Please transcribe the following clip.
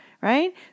right